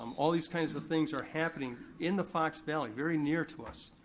um all these kinds of things are happening in the fox valley, very near to us.